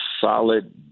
solid